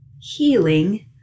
healing